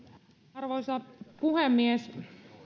arvoisa puhemies